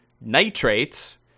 nitrates